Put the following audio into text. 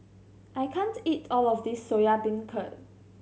I can't eat all of this Soya Beancurd